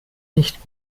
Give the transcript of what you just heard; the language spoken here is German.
nicht